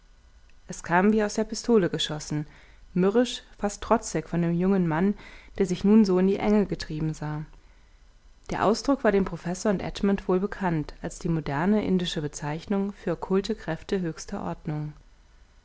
es kam wie aus der pistole geschossen mürrisch fast trotzig von dem jungen mann der sich nun so in die enge getrieben sah der ausdruck war dem professor und edmund wohl bekannt als die moderne indische bezeichnung für okkulte kräfte höchster ordnung